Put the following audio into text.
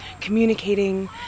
communicating